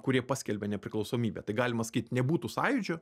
kurie paskelbė nepriklausomybę tai galima sakyt nebūtų sąjūdžio